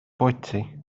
bwyty